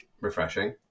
refreshing